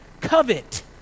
covet